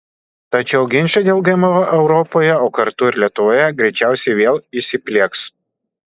tačiau ginčai dėl gmo europoje o kartu ir lietuvoje greičiausiai vėl įsiplieks